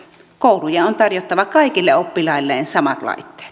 koulujen on tarjottava kaikille oppilailleen samat laitteet